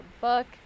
book